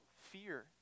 fear